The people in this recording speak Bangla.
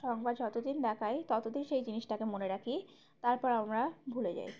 সংবাদ যতদিন দেখায় ততদিন সেই জিনিসটাকে মনে রাখি তারপর আমরা ভুলে যাই